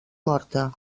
morta